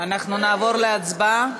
אנחנו נעבור להצבעה.